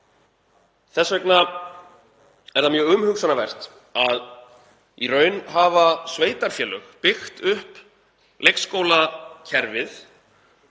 Þess vegna er það mjög umhugsunarvert að í raun hafa sveitarfélög byggt upp leikskólakerfið